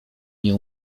nie